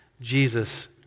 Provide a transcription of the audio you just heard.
Jesus